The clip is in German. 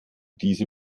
diese